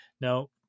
Now